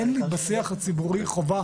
אין לי בשיח הציבורי חובה,